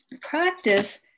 practice